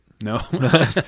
No